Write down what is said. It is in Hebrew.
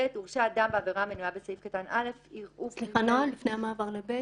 לפני המעבר ל-(ב)